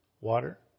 water